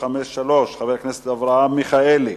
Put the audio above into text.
85 מבנים שנבנו שלא כחוק באום-אל-פחם.